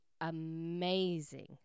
amazing